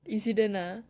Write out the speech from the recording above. incident ah